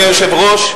אדוני היושב-ראש,